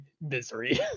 misery